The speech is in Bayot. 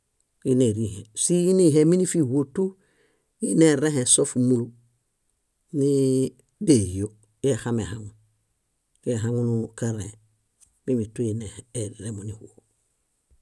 Síhi nihemi nífiĥuotu íi nerẽhe sóf múlu niii déhio iexamehaŋu, iehaŋunukarẽhe. Mímitu eremo níĥuo.